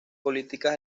políticas